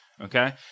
okay